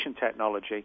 technology